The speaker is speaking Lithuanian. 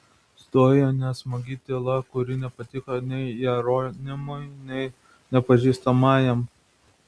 stojo nesmagi tyla kuri nepatiko nei jeronimui nei nepažįstamajam